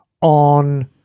on